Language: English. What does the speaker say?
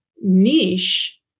niche